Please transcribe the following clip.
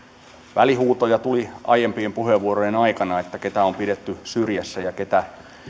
välihuutoja tuli aiempien puheenvuorojen aikana siitä keitä on pidetty syrjässä ja